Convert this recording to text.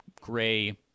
gray